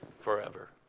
forever